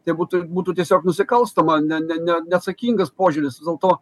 tai būtų būtų tiesiog nusikalstama ne neatsakingas požiūris vis dėlto